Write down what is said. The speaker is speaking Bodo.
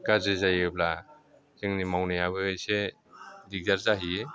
गाज्रि जायोब्ला जोंनि मावनायाबो एसे दिग्दार जाहैयो